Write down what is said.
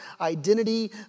identity